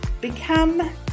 become